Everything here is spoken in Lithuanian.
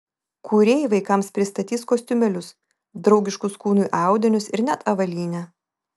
kūrėjai vaikams pristatys kostiumėlius draugiškus kūnui audinius ir net avalynę